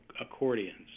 accordions